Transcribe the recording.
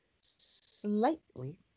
slightly